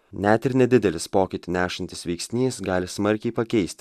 net ir nedidelis pokytį nešantis veiksnys gali smarkiai pakeist